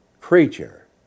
creature